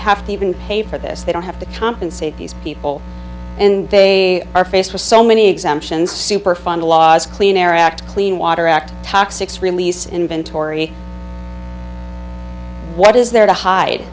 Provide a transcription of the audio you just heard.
have to pay for this they don't have to compensate these people and they are faced with so many exemptions superfund laws clean air act clean water act toxics release inventory what is there to hide